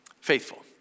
Faithful